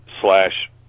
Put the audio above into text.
slash